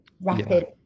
rapid